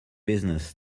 business